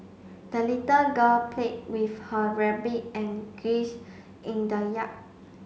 the little girl played with her rabbit and geese in the yard